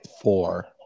four